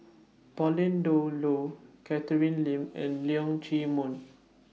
Pauline Dawn Loh Catherine Lim and Leong Chee Mun